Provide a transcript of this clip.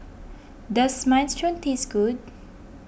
does Minestrone taste good